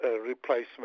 replacement